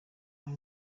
hano